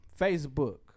Facebook